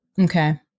Okay